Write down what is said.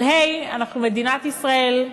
אבל היי, אנחנו מדינת ישראל,